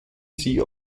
sie